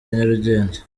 nyarugenge